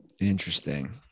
Interesting